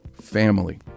Family